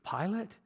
Pilate